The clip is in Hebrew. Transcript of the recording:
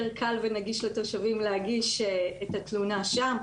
קל ונגיש לתושבים להגיש את התלונה שם.